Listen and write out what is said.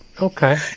Okay